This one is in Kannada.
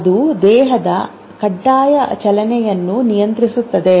ಅದು ದೇಹದ ಕಡ್ಡಾಯ ಚಲನೆಯನ್ನು ನಿಯಂತ್ರಿಸುತ್ತದೆ